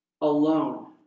alone